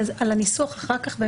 הניסוח אחר כך,